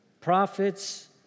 prophets